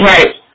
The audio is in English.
Right